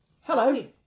Hello